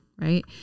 right